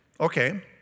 Okay